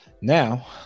Now